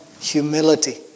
humility